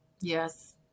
Yes